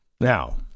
Now